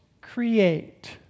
create